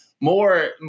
more